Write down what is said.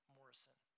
Morrison